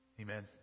Amen